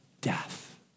death